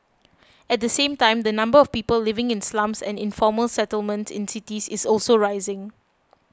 at the same time the number of people living in slums and informal settlements in cities is also rising